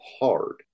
hard